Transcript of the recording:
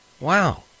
Wow